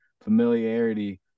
familiarity